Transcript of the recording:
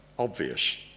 obvious